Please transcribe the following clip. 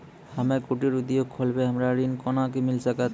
हम्मे कुटीर उद्योग खोलबै हमरा ऋण कोना के मिल सकत?